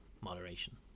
moderation